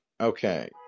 Okay